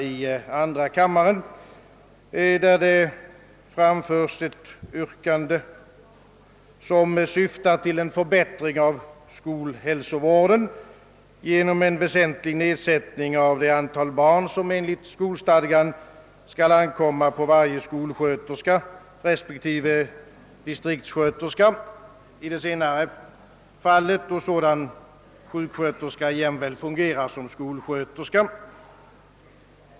I dessa motioner framförs ett yrkande, som syftar till en förbättring av skolhälsovården genom en väsentlig nedsättning av det antal barn som enligt skolstadgan skall ankomma på varje skolsköterska, respektive distriktssköterska i de fall sådan sjuksköterska jämväl fungerar som skolsköterska.